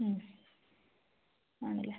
ആണല്ലേ